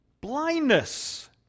Blindness